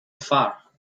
far